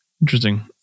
interesting